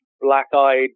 black-eyed